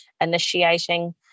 initiating